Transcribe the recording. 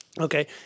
Okay